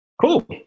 Cool